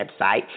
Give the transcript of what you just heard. website